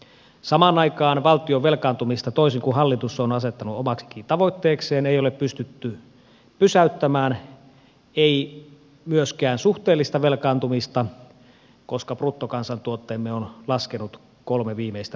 samaan aikaan valtion velkaantumista ei ole pystytty pysäyttämään vaikka hallitus on asettanut sen tavoitteekseen ei myöskään suhteellista velkaantumista koska bruttokansantuotteemme on laskenut kolme viimeistä vuotta